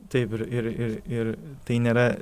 taip ir ir ir ir tai nėra